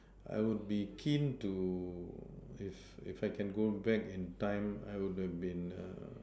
I would be keen to if if I can go back in time I would have been a